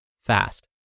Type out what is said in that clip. fast